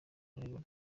urabibona